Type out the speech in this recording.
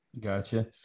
Gotcha